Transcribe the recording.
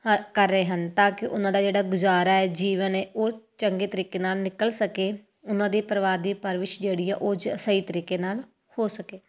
ਕਰ ਰਹੇ ਹਨ ਤਾਂ ਕਿ ਉਹਨਾਂ ਦਾ ਜਿਹੜਾ ਗੁਜ਼ਾਰਾ ਹੈ ਜੀਵਨ ਹੈ ਉਹ ਚੰਗੇ ਤਰੀਕੇ ਨਾਲ ਨਿਕਲ ਸਕੇ ਉਹਨਾਂ ਦੇ ਪਰਿਵਾਰ ਦੀ ਪਰਵਰਿਸ਼ ਜਿਹੜੀ ਹੈ ਉਹ ਸਹੀ ਤਰੀਕੇ ਨਾਲ ਹੋ ਸਕੇ